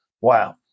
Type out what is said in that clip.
Wow